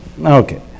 Okay